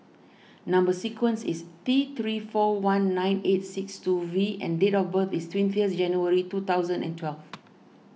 Number Sequence is T three four one nine eight six two V and date of birth is twentieth January two thousand and twelve